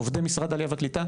עובדי משרד העלייה והקליטה,